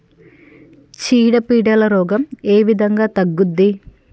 చీడ పీడల రోగం ఏ విధంగా తగ్గుద్ది?